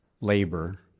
labor